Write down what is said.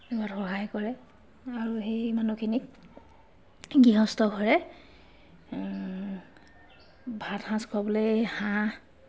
ৰোৱাত সহায় কৰে আৰু সেই মানুহখিনিক গৃহস্থঘৰে ভাতসাজ খোৱাবলৈ হাঁহ